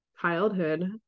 childhood